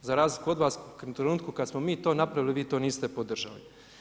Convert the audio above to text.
Za razliku od vas, u trenutku kad smo mi to napravili, vi to niste podržali.